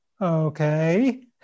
Okay